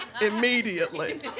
Immediately